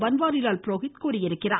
பன்வாரிலால் புரோஹித் தெரிவித்துள்ளார்